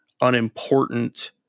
unimportant